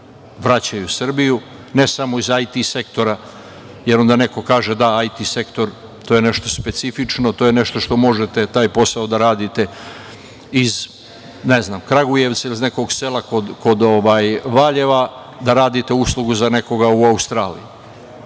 vraćaju u Srbiju, ne samo iz IT sektora, jer onda neko kaže – da IT sektor, to je nešto specifično, to je nešto što možete taj posao da radite iz ne znam Kragujevca ili iz nekog sela kod Valjeva da radite uslugu za nekoga u Australiji,